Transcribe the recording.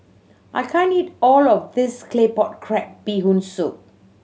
I can't eat all of this Claypot Crab Bee Hoon Soup